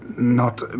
nott,